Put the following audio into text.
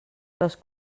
les